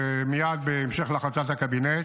ומייד, בהמשך להחלטת הקבינט,